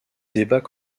débat